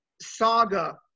saga